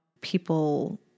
people